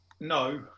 No